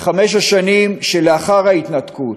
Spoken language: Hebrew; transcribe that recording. בחמש השנים שלאחר ההתנתקות,